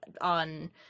on